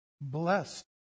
blessed